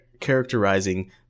characterizing